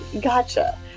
gotcha